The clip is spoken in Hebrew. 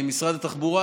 משרד התחבורה,